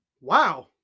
Wow